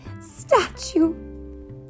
statue